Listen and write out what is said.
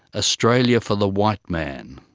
ah australia for the white man.